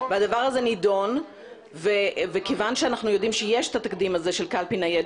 הדבר הזה נדון וכיוון שאנחנו יודעים שיש את התקדים הזה של קלפי ניידת